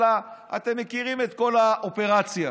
אתם מכירים את כל האופרציה.